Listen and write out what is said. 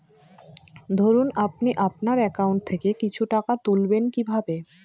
ধরুন আপনি আপনার একাউন্ট থেকে কিছু টাকা তুলবেন কিভাবে?